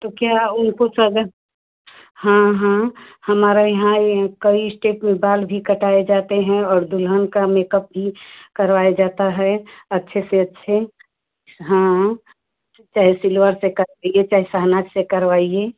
तो क्या उनको सजा हाँ हाँ हमारे यहाँ ए कई इस्टेप में बाल भी कटाए जाते हैं और दुल्हन का मेकअप भी करवाए जाता है अच्छे से अच्छे हाँ चाहे सिल्वर से कराइए चाहे शहनाज़ से करवाइए